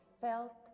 felt